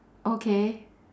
okay